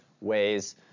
ways